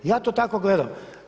Ja to tako gledam.